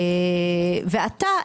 ועתה,